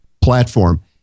platform